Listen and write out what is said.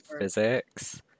physics